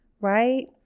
right